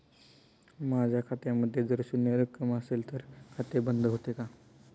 माझ्या खात्यामध्ये जर शून्य रक्कम असेल तर खाते बंद होते का?